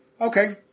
Okay